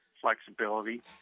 flexibility